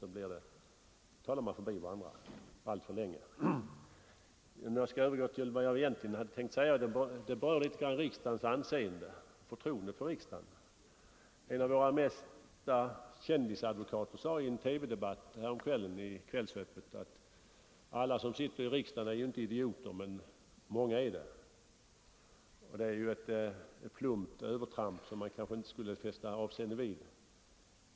På det sättet talar vi förbi varandra och alltför länge. Jag övergår så till vad jag egentligen hade tänkt säga. Det berör litet grand riksdagens anseende, förtroendet för riksdagen. En av våra mesta kändisadvokater sade i en TV-debatt häromkvällen i Kvällsöppet att ”alla som sitter i riksdagen är ju inte idioter men många är det”. Det är ju ett plumpt övertramp som man kanske inte skulle fästa avseende vid.